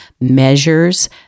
measures